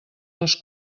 les